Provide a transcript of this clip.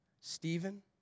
Stephen